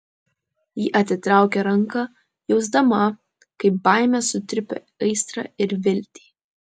ji atitraukė ranką jausdama kaip baimė sutrypia aistrą ir viltį